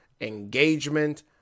engagement